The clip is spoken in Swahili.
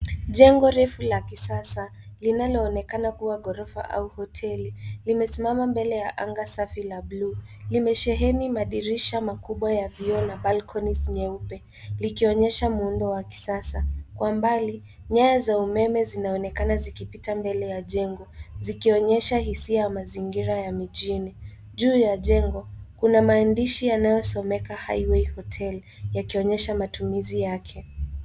Jengo refu la kisasa linaloonekana kuwa ghorofa, au hoteli, limesimama mbele ya anga safi la bluu. Limesheni madirisha makubwa ya vioo, na balkoni nyeupe, likionyesha muundo wa kisasa. Kwa mbali, nyaya za umeme zinaonekana zikipita mbele ya jengo, zikionyesha hisia ya mazingira ya mijini. Juu ya jengo, kuna maandishi yanayosomeka Highway Hotel, yakionyesha matumizi yake.